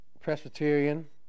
Presbyterian